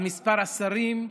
על מספר השרים,